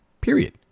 Period